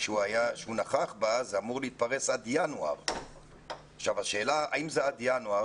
זה אמור להתפרס עד ינואר 2021. אם זה עד ינואר,